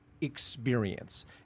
experience